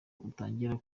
utangira